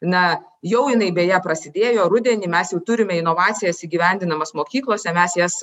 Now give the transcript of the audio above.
na jau jinai beje prasidėjo rudenį mes jau turime inovacijas įgyvendinamas mokyklose mes jas